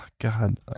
God